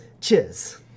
cheers